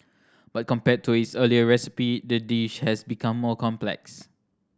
but compared to its earlier recipe the dish has become more complex